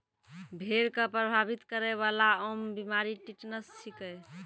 भेड़ क प्रभावित करै वाला आम बीमारी टिटनस छिकै